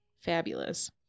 fabulous